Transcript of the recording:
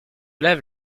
lave